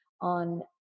on